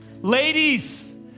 Ladies